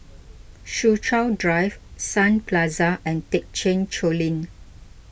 Soo Chow Drive Sun Plaza and thekchen Choling